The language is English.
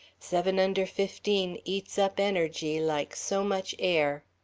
seven-under-fifteen eats up energy like so much air.